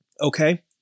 okay